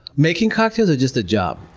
making cocktails or just the job?